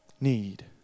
need